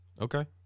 Okay